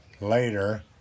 later